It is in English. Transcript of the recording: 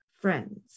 friends